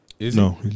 No